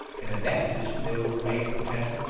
and in that position they would remain for ten,